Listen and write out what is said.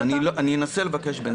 כן, אני אנסה לבקש בינתיים.